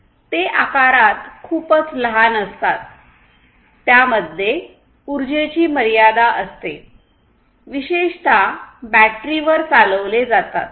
ते आकारात खूपच लहान असतात त्यामध्ये उर्जेची मर्यादा असते विशेषत बॅटरीवर चालवले जातात